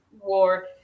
war